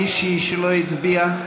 מישהי שלא הצביעה?